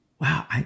wow